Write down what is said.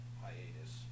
hiatus